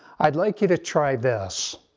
i'd like you to try this.